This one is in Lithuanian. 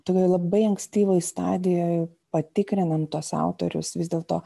tu gali labai ankstyvoj stadijoj patikrinant tuos autorius vis dėlto